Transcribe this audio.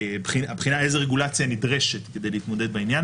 בחינה איזה רגולציה נדרשת כדי להתמודד בעניין